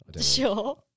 Sure